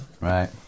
Right